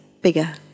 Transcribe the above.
bigger